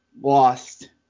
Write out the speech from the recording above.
lost